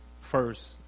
first